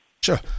sure